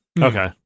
Okay